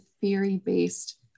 theory-based